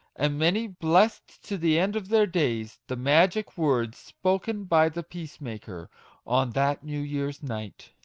and many blessed to the end of their days the magic words spoken by the peacemaker on that new-year's night.